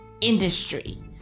Industry